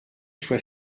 soit